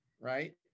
right